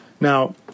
Now